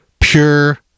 pure